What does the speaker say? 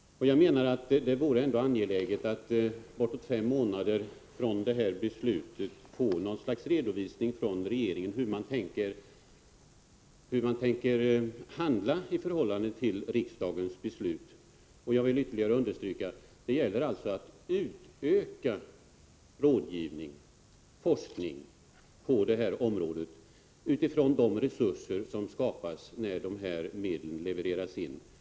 Jag menar att det vore angeläget att bortåt fem månader efter detta beslut få något slags redovisning från regeringen — hur man tänker handla i förhållande till riksdagens beslut. Jag vill ytterligare understryka att det gäller att utöka rådgivning och forskning på det här området utifrån de resurser som skapas när dessa medel levereras in.